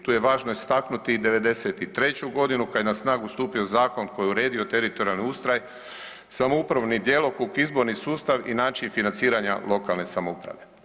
Tu je važno istaknuti i '93.g. kad je na snagu stupio zakon koji je uredio teritorijalni ustroj, samoupravni djelokrug, izborni sustav i način financiranja lokalne samouprave.